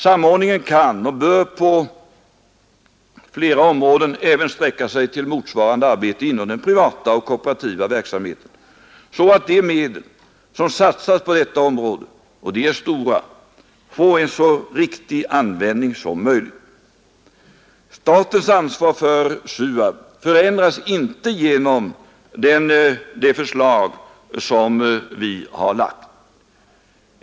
Samordningen kan och bör på flera områden även sträcka sig till motsvarande arbete inom den privata och kooperativa verksamheten så att de medel som satsas på detta område — och de är stora — får en så riktig användning som möjligt. Statens ansvar för SUAB förändras inte genom de förslag som vi har lagt.